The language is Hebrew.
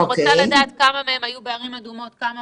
אני רוצה לדעת כמה מהם היו בערים אדומות, כמה